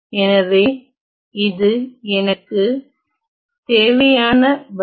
எனவே இது எனக்கு தேவையான பதில்